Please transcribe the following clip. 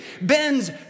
bends